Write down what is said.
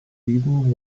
reason